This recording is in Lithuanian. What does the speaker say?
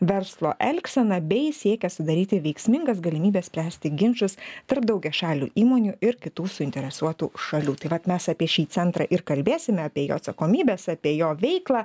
verslo elgseną bei siekia sudaryti veiksmingas galimybes spręsti ginčus tarp daugiašalių įmonių ir kitų suinteresuotų šalių tai vat mes apie šį centrą ir kalbėsime apie jo atsakomybės apie jo veiklą